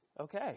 Okay